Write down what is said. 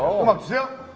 um up til